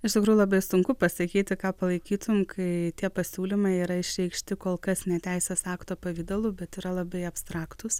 iš tikrųjų labai sunku pasakyti ką palaikytum kai tie pasiūlymai yra išreikšti kol kas ne teisės akto pavidalu bet yra labai abstraktūs